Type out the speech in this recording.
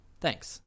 Thanks